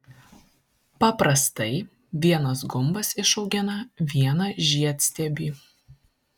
paprastai vienas gumbas išaugina vieną žiedstiebį